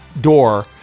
door